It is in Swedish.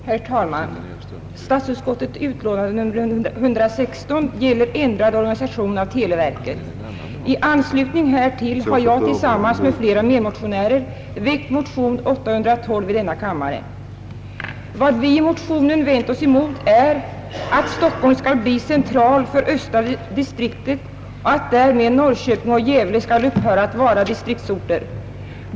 Herr talman! Statsutskottets utlåtande nr 116 gäller ändrad organisation av televerket. I anslutning härtill har jag tillsammans med flera medmotionärer väckt motion nr 812 i denna kammare. Vad vi har vänt oss emot är att Stockholm skall bli central för östra distriktet och att Norrköping och Gävle skall upphöra att vara distriktsorter.